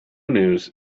news